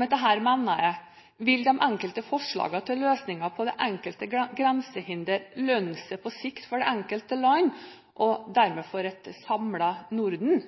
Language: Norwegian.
Med dette mener jeg: Vil de enkelte forslagene til løsninger på det enkelte grensehinder lønne seg på sikt for det enkelte land – og dermed for et samlet Norden?